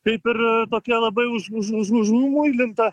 kaip ir tokia labai už už už už numuilinta